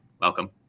welcome